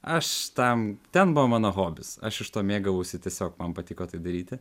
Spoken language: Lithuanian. aš tam ten buvo mano hobis aš iš to mėgavausi tiesiog man patiko tai daryti